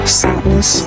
sadness